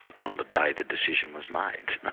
on the day the decision was made.